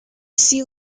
sea